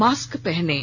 mask पहनें